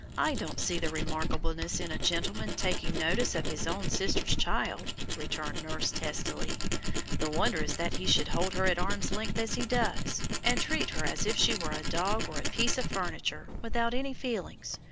i don't see the remarkableness in a gentleman taking notice of his own sister's child, returned nurse testily the wonder is that he should hold her at arm's length as he does, and treat her as if she were a dog or a piece of furniture, without any feelings,